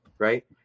Right